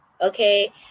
Okay